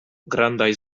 grandaj